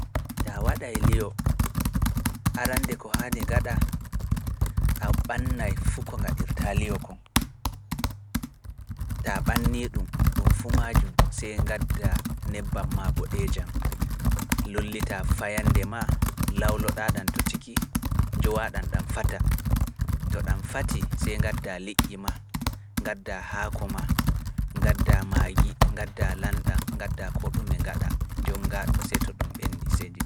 Taa waɗae liyo, arande ko haani gaɗa, a ɓannay fuu ko gaɗirta liyo ma. Sai njowa nebbam ma dan fati sey gadda liƴƴi ma, gadda haako ma, gadda ma ji, gadda lanɗa, gadda ko ɗume gaɗa, jomnga ɗum seeto ɗum ɓendi.